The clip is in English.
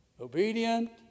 obedient